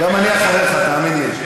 גם אני אחריך, תאמין לי.